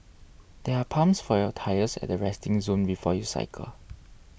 there are pumps for your tyres at the resting zone before you cycle